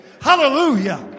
hallelujah